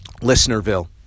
Listenerville